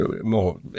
more